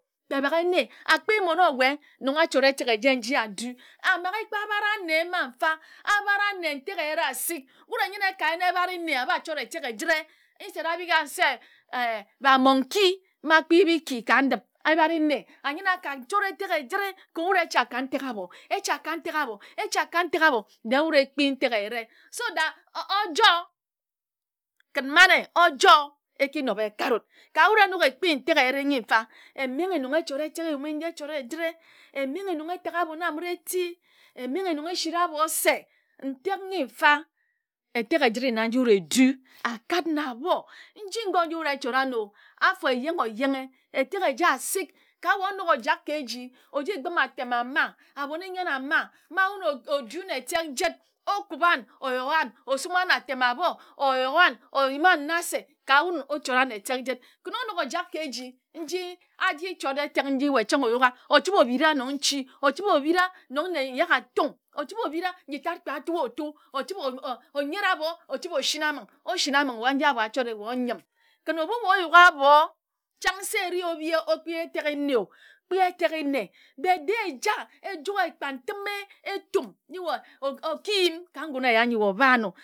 Kpe bak ene akpi mmon owae nong achora etek eje nji adu amage kpa abara anne ma mfa abara anne ntek eyira asik wud enyine ekayin ebare nne a bachord etek ejitre instead abing ad se eh eh ba monkey ma kpi ri iki ka ndip abare nne ayini akachod etek ejire kin wud echa ka ntek abor echa ka ntek abor echa ka ntek abor de wud ekpi ntek eyire so that ojor kin mane ojor ekinob ekarud ka wud enok ekpi ntek eyire nyi mfa emanghe nga echora eyume etek ekpi ntek eyire emenghe nong etak abon amira eti emenghe nong esira abor se ntek nyi mfa etek ejira na nji wud edu akard na abor nji ngor nji wud achora anor p afor ejenghe ajenghe etek eja asik ka wae onok ojak ke eji oji gbime atem ama aboniyen ama ma wun odu nne etek jid okuban oyo n osuman atem obor oyor oyiman na se ka wun ojoran etek jid kin onok ojak ke eji nji akichord etek nji wae chnag oyuka ochibe obira nong nchi ochibe obitra nong nne nyak atung ochibe obira nyitad kpe atua otu ochibe anyana abor ochibe ochina aming ochina aming eba nji abor achore wae ayim kin ebu wae oyuk abor chang se ere obi okpi etek nne o kpi etek nne but de eja ejor e ekpatime eyum nji wae okiyim ka ngun eya nyi wae obae anor